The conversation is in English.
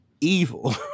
evil